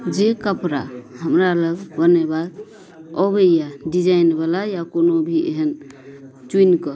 जे कपड़ा हमरा लग बनेबाक अबैया डिजाइन बला या कोनो भी एहन चुनि कऽ